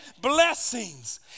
blessings